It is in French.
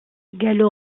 gallo